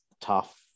tough